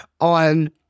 on